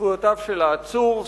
זכויותיו של העצור,